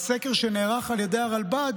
לפי סקר שנערך על ידי הרלב"ד,